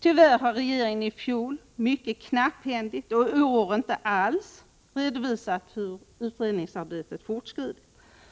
Tyvärr har regeringen i fjol mycket knapphändigt och i år inte alls redovisat hur utredningsarbetet fortskridit.